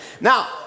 Now